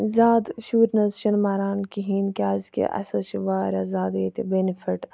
زیاد شُرۍ نَہ حظ چھِنہٕ مَران کِہنۍ کیازکہِ اَسہِ حظ چھِ واریاہ زیادٕ ییٚتہِ بیٚنفِٹ